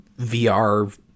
VR